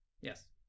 Yes